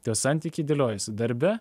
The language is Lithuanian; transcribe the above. tie santykiai dėliojasi darbe